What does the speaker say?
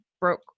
broke